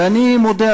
ואני מודה,